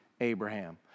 Abraham